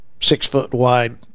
six-foot-wide –